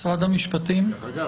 משרד המשפטים, מקובל עליכם?